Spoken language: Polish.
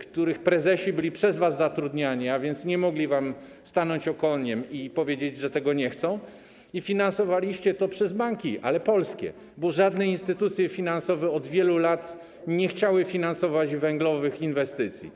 których prezesi byli przez was zatrudniani, a więc nie mogli wam stanąć okoniem i powiedzieć, że tego nie chcą, i finansowaliście to przez banki, ale polskie, bo żadne instytucje finansowe od wielu lat nie chciały finansować węglowych inwestycji.